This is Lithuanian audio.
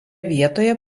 vietoje